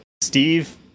Steve